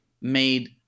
made